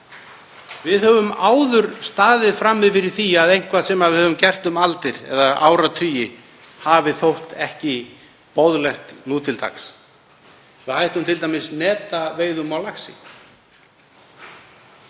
Við höfum áður staðið frammi fyrir því að eitthvað sem við höfum gert um aldir eða áratugi hafi þótt óboðlegt nú til dags. Við hættum t.d. netaveiðum á laxi.